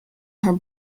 her